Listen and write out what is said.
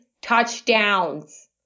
touchdowns